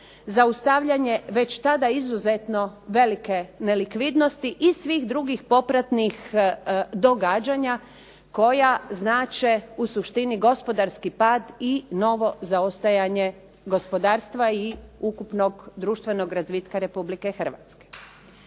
zaustavljanje već tada izuzetno velike nelikvidnosti i svih drugih popratnih događanja koja znače u suštini gospodarski pad i novo zaostajanje gospodarstva i ukupnog društvenog razvitka Republike Hrvatske.